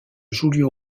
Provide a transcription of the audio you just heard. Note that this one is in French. giulio